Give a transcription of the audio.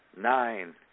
Nine